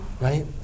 Right